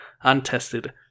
untested